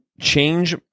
change